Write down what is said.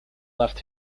left